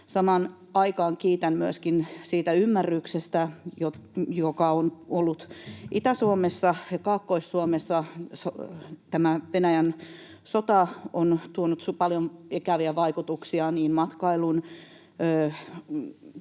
Samaan aikaan kiitän myöskin siitä ymmärryksestä, joka on koskenut Itä-Suomea ja Kaakkois-Suomea. Tämä Venäjän sota on tuonut paljon ikäviä vaikutuksia niin matkailuun,